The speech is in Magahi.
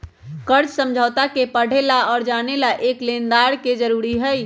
कर्ज समझौता के पढ़े ला और जाने ला एक लेनदार के जरूरी हई